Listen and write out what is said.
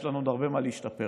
יש לנו הרבה במה להשתפר.